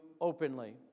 openly